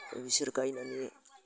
बिसोर गायनानै